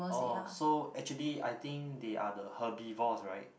orh so actually I think they are the herbivores right